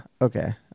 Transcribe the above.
Okay